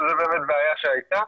שזה באמת בעיה שהייתה,